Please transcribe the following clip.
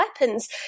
weapons